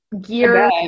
gear